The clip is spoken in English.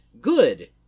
Good